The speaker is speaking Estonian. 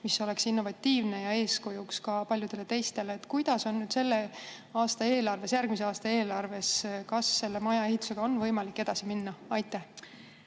mis oleks innovatiivne ja eeskujuks paljudele teistele. Kuidas on selle aasta eelarves, järgmise aasta eelarves: kas selle maja ehitusega on võimalik edasi minna? Aitäh,